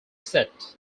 set